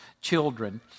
children